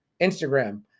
Instagram